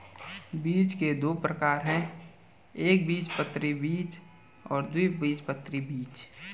बीज के दो प्रकार है एकबीजपत्री बीज और द्विबीजपत्री बीज